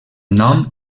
nom